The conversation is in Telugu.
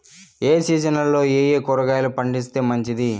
ఏ సీజన్లలో ఏయే కూరగాయలు పండిస్తే మంచిది